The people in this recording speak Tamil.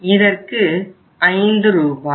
இதற்கு ஐந்து ரூபாய்